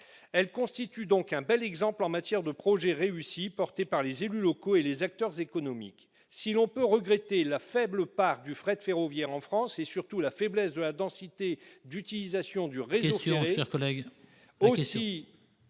Elle constitue donc un bel exemple en matière de projet réussi porté par les élus locaux et des acteurs économiques. Si l'on peut regretter la faible part du fret ferroviaire en France, et surtout la faiblesse de la densité d'utilisation du réseau ferré, ...